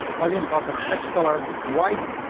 login button text color white.